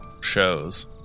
shows